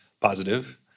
positive